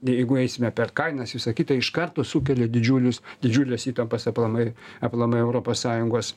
jeigu eisime per kainas visa kita iš karto sukelia didžiulius didžiules įtampas aplamai aplamai europos sąjungos